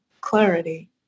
clarity